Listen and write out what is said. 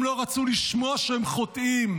הם לא רצו לשמוע שהם חוטאים,